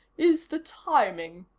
is the timing.